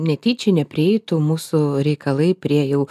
netyčia neprieitų mūsų reikalai prie jau